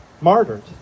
martyred